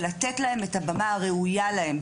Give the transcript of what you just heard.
ולתת להם את הבמה הראויה להם,